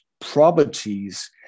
properties